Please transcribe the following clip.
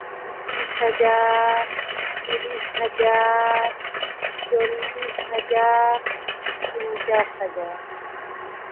ᱯᱚᱸᱪᱤᱥ ᱦᱟᱡᱟᱨ ᱛᱤᱨᱤᱥ ᱦᱟᱡᱟᱨ ᱪᱚᱞᱞᱤᱥ ᱦᱟᱡᱟᱨ ᱯᱚᱧᱪᱟᱥ ᱦᱟᱡᱟᱨ